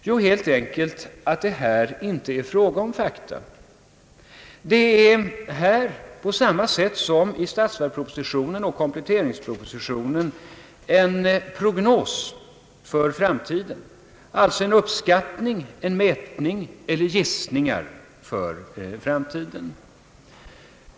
Jo, helt enkelt att det inte är fråga om fakta. Det är här, på samma sätt som i statsverkspropositionen och kompletteringspropositionen, en prognos, dvs. en uppskattning, en mätning eller en gissning för framtiden.